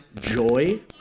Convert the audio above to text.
joy